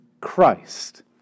Christ